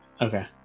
Okay